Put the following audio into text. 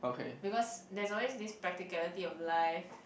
because there's always this practicality of life